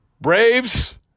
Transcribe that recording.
Braves